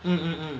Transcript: mm mm mm